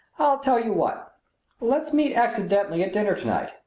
i'll tell you what let's meet accidentally at dinner tonight.